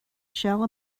shall